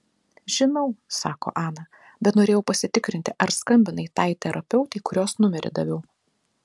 žinau sako ana bet norėjau pasitikrinti ar skambinai tai terapeutei kurios numerį daviau